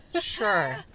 Sure